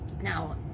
Now